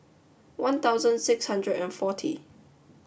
one thousand six hundred and forty